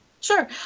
Sure